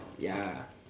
ya